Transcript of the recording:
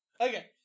Okay